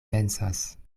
pensas